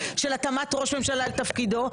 של התאמת ראש ממשלה לתפקידו,